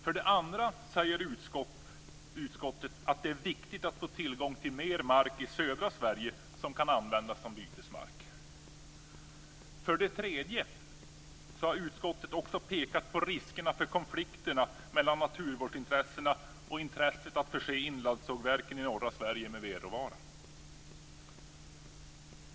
För det andra säger utskottet att det är viktigt att få tillgång till mer mark i södra Sverige som kan användas som bytesmark. För det tredje har utskottet också pekat på riskerna för konflikter mellan naturvårdsintressena och intresset att förse inlandssågverken i norra Sverige med vedråvara.